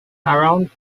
around